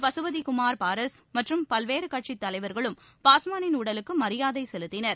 பசுபதி குமார் பாரஸ் மற்றும் பல்வேறு கட்சித் தலைவர்களும் பாஸ்வானின் உடலுக்கு மரியாதை செலுத்தினர்